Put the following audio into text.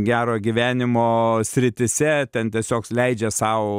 gero gyvenimo srityse ten tiesiog leidžia sau